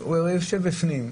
יושב בפנים.